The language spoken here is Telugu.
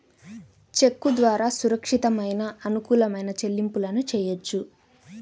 చెక్కు ద్వారా సురక్షితమైన, అనుకూలమైన చెల్లింపులను చెయ్యొచ్చు